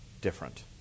different